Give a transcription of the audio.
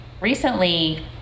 recently